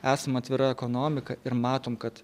esam atvira ekonomika ir matom kad